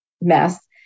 mess